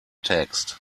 text